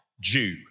Jew